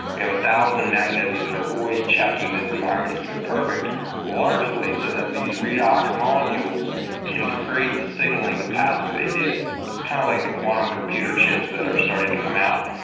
we have one thousand mechanisms that are always checking this environment to keep it perfect largely so that these redox molecule can create the signaling capacity they do. it's kind of like the quantum computer chips that are starting to come out.